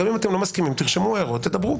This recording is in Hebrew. גם אם אתם לא מסכימים תרשמו הערות, תדברו.